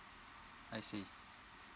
I see